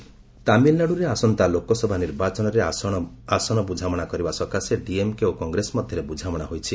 ଡିଏମ୍କେ କଂଗ୍ରେସ ତାମିଲନାଡ଼ୁରେ ଆସନ୍ତା ଲୋକସଭା ନିର୍ବାଚନରେ ଆସନ ବୁଝାମଣା କରିବା ସକାଶେ ଡିଏମ୍କେ ଓ କଂଗ୍ରେସ ମଧ୍ୟରେ ବୁଝାମଣା ହୋଇଛି